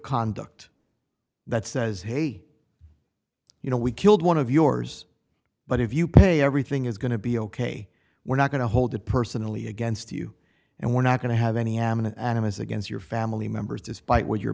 conduct that says hey you know we killed one of yours but if you pay everything is going to be ok we're not going to hold it personally against you and we're not going to have any am an animus against your family members despite what your